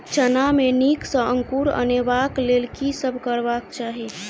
चना मे नीक सँ अंकुर अनेबाक लेल की सब करबाक चाहि?